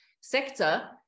sector